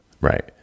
Right